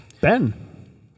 Ben